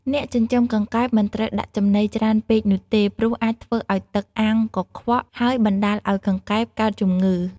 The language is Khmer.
អ្នកចិញ្ចឹមកង្កែបមិនត្រូវដាក់ចំណីច្រើនពេកនោះទេ ព្រោះអាចធ្វើឲ្យទឹកអាងកខ្វក់ ហើយបណ្ដាលឲ្យកង្កែបកើតជំងឺ។